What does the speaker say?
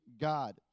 God